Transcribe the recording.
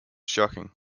shocking